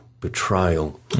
Betrayal